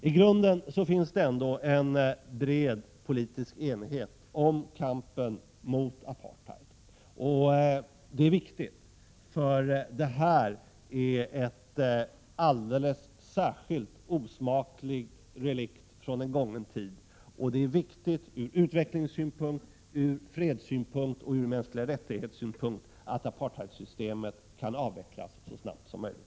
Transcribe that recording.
I grunden finns det ändå en bred politisk enighet om kampen mot apartheid. Det är viktigt, för apartheid är en särskilt osmaklig relikt från en gången tid. Det är viktigt ur utvecklingssynpunkt, ur fredssynpunkt och ur mänsklig rättighetssynpunkt att apartheidsystemet kan avvecklas så snabbt som möjligt.